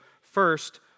first